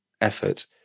effort